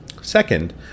Second